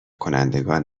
کنندگان